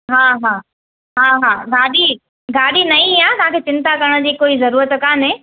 हा हा हा हा गाॾी गाॾी नईं आहे तव्हांखे चिंता करण जी कोई जरूरत कोन्हे